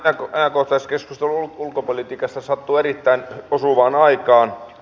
tämä ajankohtaiskeskustelu ulkopolitiikasta sattuu erittäin osuvaan aikaan